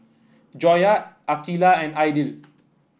Joyah Aqeelah and Aidil